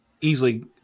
easily